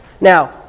Now